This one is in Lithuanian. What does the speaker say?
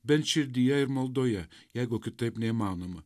bent širdyje ir maldoje jeigu kitaip neįmanoma